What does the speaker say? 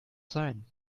sein